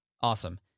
awesome